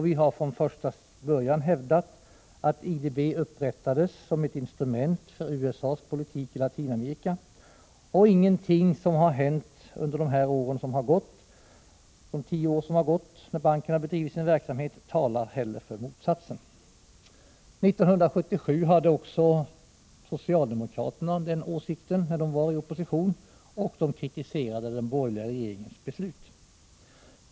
Vi har från första början hävdat att IDB upprättades som ett instrument för USA:s politik i Latinamerika, och ingenting som har hänt under de tio år banken bedrivit sin verksamhet talar för motsatsen. År 1977 hade också socialdemokraterna den åsikten, när de var i opposition, och kritiserade den borgerliga regeringens beslut.